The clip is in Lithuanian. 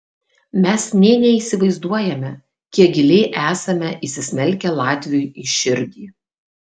mes nė neįsivaizduojame kiek giliai esame įsismelkę latviui į širdį